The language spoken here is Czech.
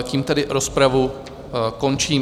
Tím tedy rozpravu končím.